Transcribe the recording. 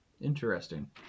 Interesting